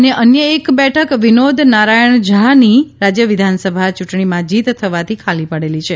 અને અન્ય એક બેઠક વિનોદ નારાયણ ઝા ની રાજ્ય વિધાનસભા યૂંટણીમાં જીત થવાથી ખાલી પડેલ છે